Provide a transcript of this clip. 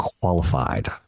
qualified